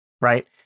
right